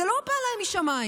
זה לא בא להם משמיים.